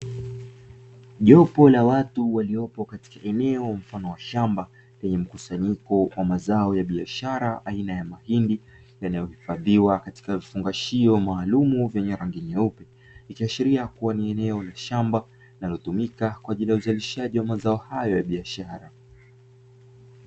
Jopo la watu waliopo katika eneo mfano wa shamba, lenye mkusanyiko wa mazao ya biashara aina ya mahindi yanayohifadhiwa katika vifungashio maalumu vyenye rangi nyeupe. Ikiashiria kuwa ni eneo la shamba linalotumika kwa ajili ya uzalishaji wa mazao hayo ya biashara.